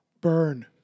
burn